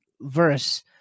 verse